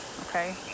okay